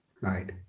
Right